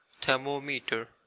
Thermometer